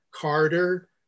Carter